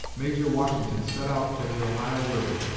major washington set out for the ohio river,